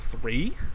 three